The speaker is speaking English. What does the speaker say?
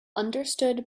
understood